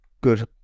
good